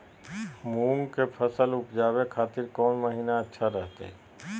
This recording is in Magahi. मूंग के फसल उवजावे खातिर कौन महीना अच्छा रहतय?